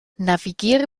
navigiere